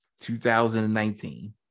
2019